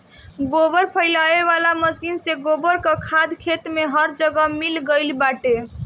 गोबर फइलावे वाला मशीन से गोबर कअ खाद खेत में हर जगह मिल गइल बाटे